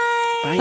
Bye